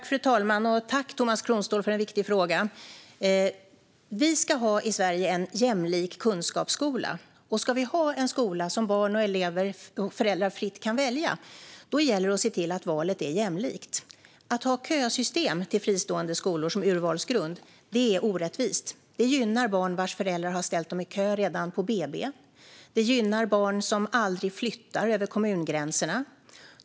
Fru talman! Tack, Tomas Kronståhl, för en viktig fråga! Vi ska ha en jämlik kunskapsskola i Sverige. Om vi ska ha en skola där elever och föräldrar fritt kan välja gäller det att se till att valet är jämlikt. Att ha kösystem till fristående skolor som urvalsgrund är orättvist. Det gynnar barn vars föräldrar har ställt dem i kö redan på BB. Det gynnar barn som aldrig flyttar över kommungränserna.